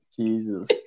Jesus